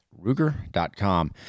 Ruger.com